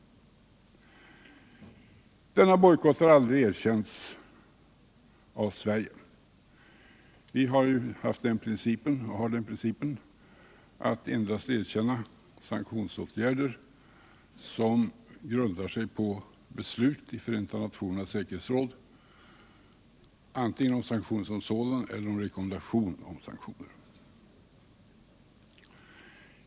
Denna bojkott har aldrig erkänts av Sverige. Vi har ju den principen att vi endast godkänner sanktionsåtgärder som grundar sig på beslut i Förenta nationernas säkerhetsråd, antingen om sanktioner som sådana eller om rekommendation av sanktioner.